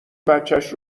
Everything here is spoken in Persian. بچش